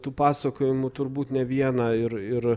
tų pasakojimų turbūt ne vieną ir ir